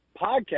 podcast